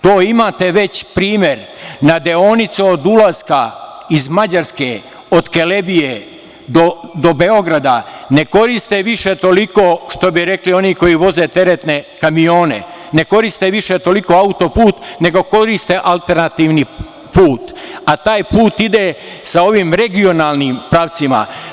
To imate već primer na deonici od ulaska iz Mađarske do Kelebije do Beograda ne koriste više toliko, što bi rekli oni koji voze teretne kamione, ne koriste više toliko autoput nego koriste alternativne puteve, a taj put ide sa ovim regionalnim pravcima.